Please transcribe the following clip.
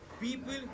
People